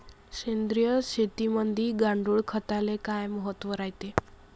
सेंद्रिय शेतीमंदी गांडूळखताले काय महत्त्व रायते?